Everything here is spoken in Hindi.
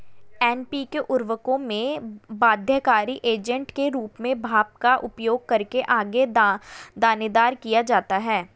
एन.पी.के उर्वरकों में बाध्यकारी एजेंट के रूप में भाप का उपयोग करके आगे दानेदार किया जाता है